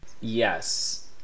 yes